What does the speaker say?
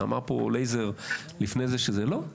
אמר פה אליעזר, לפני כן, שזה לא.